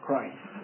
Christ